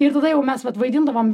ir tada jau mes vat vaidindavom